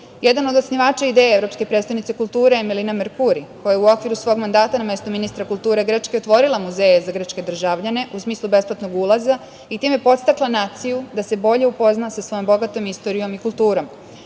šest. Jedan od osnivača ideje „Evropske prestonice kulture“ je Melina Merkuri, koja je u okviru svog mandata na mesto ministra kulture Grčke otvorila muzeje za grčke državljane u smislu besplatnog ulaza i time podstakla naciju da se bolje upozna sa svojom bogatom istorijom i kulturom. Srbija